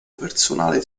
personale